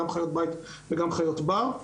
גם חיות בית וגם חיות בר,